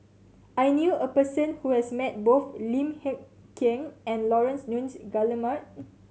I knew a person who has met both Lim Hng Kiang and Laurence Nunns Guillemard